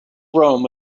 rome